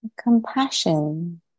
Compassion